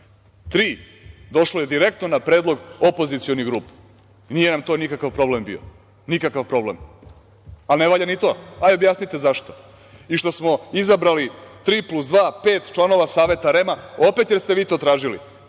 došlo je direktno na predlog opozicionih grupa. Nije nam to nikakav problem bio. Nikakav problem, pa ne valja ni to. Hajde objasnite zašto? I što smo izabrali tri plus dva pet članova Saveta REM-a, opet jer ste vi to tražili.